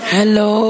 Hello